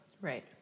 Right